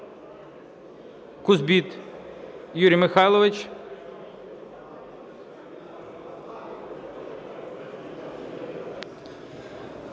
Кузбит Юрій Михайлович.